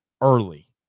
early